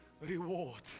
reward